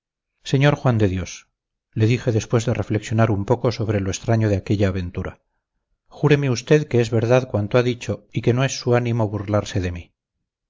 sr juan de dios le dije después de reflexionar un poco sobre lo extraño de aquella aventura júreme usted que es verdad cuanto ha dicho y que no es su ánimo burlarse de mí